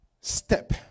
step